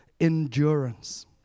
endurance